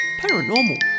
paranormal